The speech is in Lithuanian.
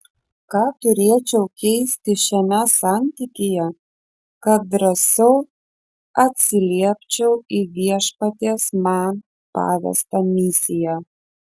ką turėčiau keisti šiame santykyje kad drąsiau atsiliepčiau į viešpaties man pavestą misiją